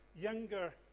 younger